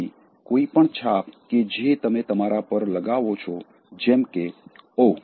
તેથી કોઈપણ છાપ કે જે તમે તમારા પર લગાવો છો જેમ કે ઓહ